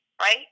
right